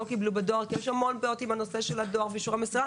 קיבלו בדואר כי יש המון בעיות עם הנושא של הדואר ואישורי מסירה.